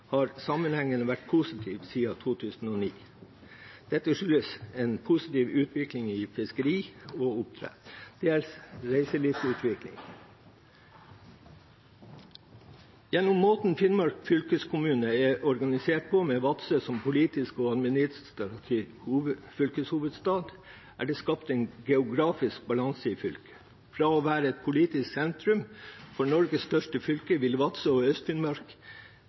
har sammenhengende vært positiv siden 2009. Dette skyldes en positiv utvikling innenfor fiskeri og oppdrett og dels innenfor reiseliv. Gjennom måten Finnmark fylkeskommune er organisert på, med Vadsø som politisk og administrativ fylkeshovedstad, er det skapt en geografisk balanse i fylket. Fra å være et politisk sentrum for Norges største fylke vil Vadsø og